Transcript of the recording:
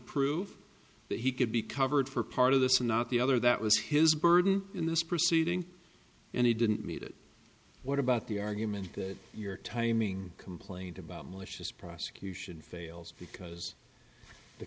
prove that he could be covered for part of this and not the other that was his burden in this proceeding and he didn't meet it what about the argument that your timing complaint about malicious prosecution fails because the